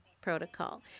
protocol